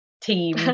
team